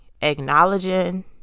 acknowledging